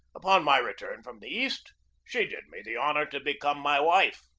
upon my return from the east she did me the honor to become my wife.